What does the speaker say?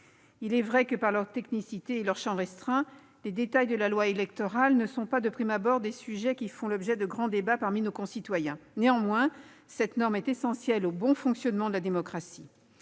Il est vrai que, par leur technicité et leur champ restreint, les détails de la loi électorale ne sont pas de prime abord les sujets qui font l'objet de grands débats parmi nos concitoyens. Néanmoins, cette norme est essentielle au bon fonctionnement de la démocratie.